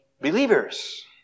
Believers